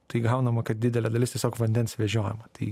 tai gaunama kad didelė dalis tiesiog vandens vežiojama tai